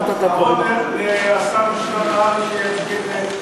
את הכבוד לשר משולם נהרי שיציג את זה,